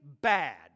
bad